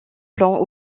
plans